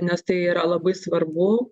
nes tai yra labai svarbu